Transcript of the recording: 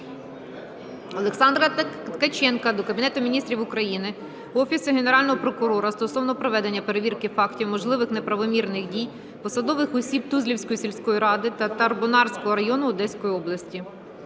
Олександра Ткаченка до Кабінету Міністрів України, Офісу Генерального прокурора стосовно проведення перевірки фактів можливих неправомірних дій посадових осіб Тузлівської сільської ради Татарбунарського району Одеської області.